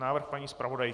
Návrh paní zpravodajky.